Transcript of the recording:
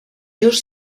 just